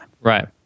Right